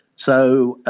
so